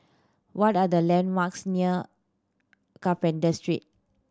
what are the landmarks near Carpenter Street